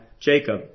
Jacob